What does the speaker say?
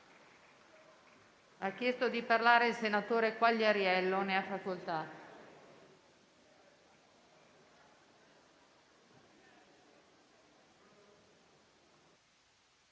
iscritto a parlare il senatore Quagliariello. Ne ha facoltà.